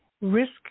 Risk